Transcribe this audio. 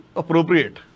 appropriate